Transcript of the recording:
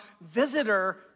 visitor